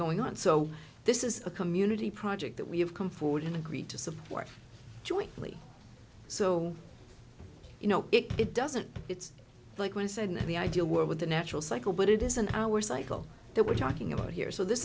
going on so this is a community project that we have come forward and agreed to support jointly so you know it doesn't it's like when i said the idea work with the natural cycle but it is an hour cycle that we're talking about here so this